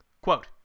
Quote